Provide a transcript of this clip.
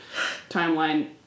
Timeline